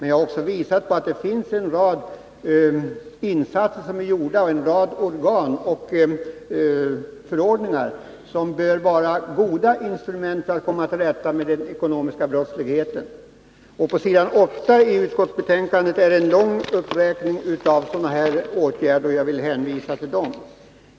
Jag har också visat på en rad insatser som är gjorda och på en rad organ och förordningar som bör vara goda instrument när det gäller att komma till rätta med den ekonomiska brottsligheten. På s. 8 i betänkandet finns en lång uppräkning av sådana här åtgärder, och jag vill hänvisa till dem.